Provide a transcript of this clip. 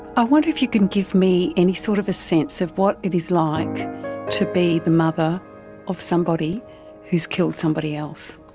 i wonder if you can give me any sort of a sense of what it is like to be the mother of somebody who has killed somebody else.